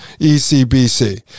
ECBC